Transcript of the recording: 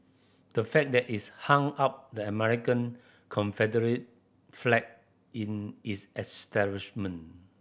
the fact that is hung up the American Confederate flag in is establishment